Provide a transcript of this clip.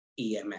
EMF